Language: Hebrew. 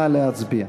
נא להצביע.